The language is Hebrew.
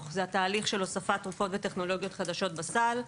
זה התהליך של הוספת תרופות וטכנולוגיות חדשות בסל,